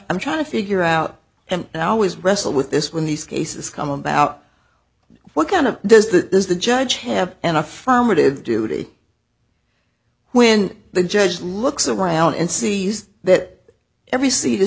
i'm trying to figure out and i always wrestle with this when these cases come about what kind of does this is the judge have an affirmative duty when the judge looks around and sees that every see is